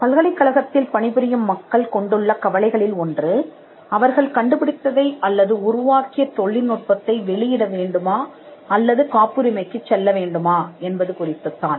பல்கலைக்கழகத்தில் பணிபுரியும் மக்கள் கொண்டுள்ள கவலைகளில் ஒன்று அவர்கள் கண்டுபிடித்ததை அல்லது உருவாக்கிய தொழில்நுட்பத்தை வெளியிட வேண்டுமா அல்லது காப்புரிமைக்குச் செல்ல வேண்டுமா என்பது குறித்துத் தான்